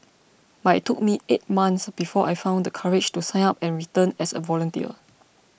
but it took me eight months before I found the courage to sign up and return as a volunteer